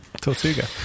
tortuga